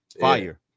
Fire